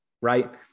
Right